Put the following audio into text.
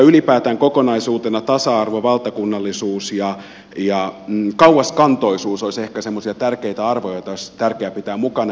ylipäätään kokonaisuutena tasa arvo valtakunnallisuus ja kauaskantoisuus olisivat ehkä semmoisia tärkeitä arvoja joita olisi tärkeää pitää mukana